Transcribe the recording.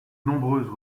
nombreuses